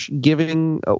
giving